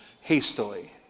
hastily